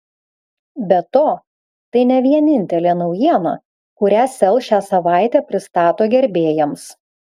be to tai ne vienintelė naujiena kurią sel šią savaitę pristato gerbėjams